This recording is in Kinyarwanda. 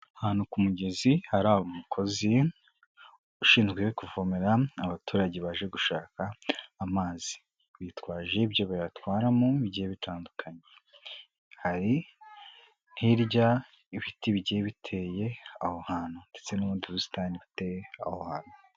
Ahantu ku mugezi hari umukozi ushinzwe kuvomera abaturage baje gushaka amazi, bitwaje ibyo bayatwaramo bigiye bitandukanye, hari hirya ibiti bigiye biteye aho hantu ndetse n'ubundi busitani buteye aho hantu.